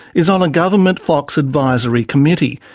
is on a government fox advisory committee,